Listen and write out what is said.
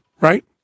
right